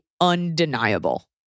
undeniable